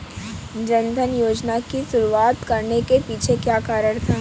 जन धन योजना की शुरुआत करने के पीछे क्या कारण था?